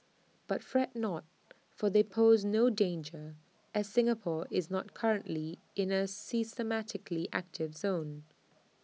but fret not for they pose no danger as Singapore is not currently in A seismically active zone